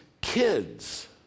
kids